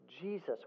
Jesus